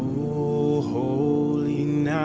o holy night